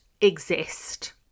exist